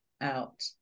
out